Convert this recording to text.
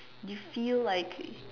you feel like